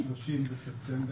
30 בספטמבר.